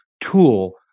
tool